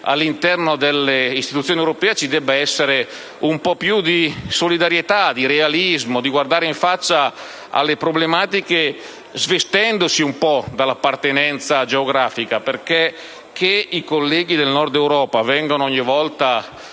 all'interno delle istituzioni europee ci debba essere un po' più di solidarietà e di realismo e che si debbano guardare in faccia le problematiche svestendosi dell'appartenenza geografica. I colleghi del Nord Europa vengono ogni volta